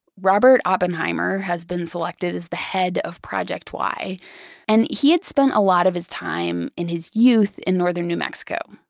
robert oppenheimer has been selected as the head of project y and he had spent a lot of his time in his youth in northern new mexico,